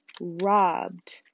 robbed